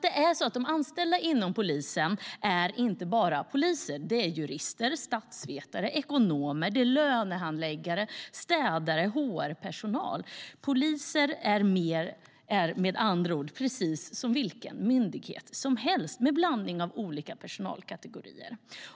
De anställda inom polisen är ju inte bara poliser. De är jurister, statsvetare, ekonomer, lönehandläggare, städare och HR-personal. Polisen är med andra ord precis som vilken myndighet som helst med en blandning av olika personalkategorier.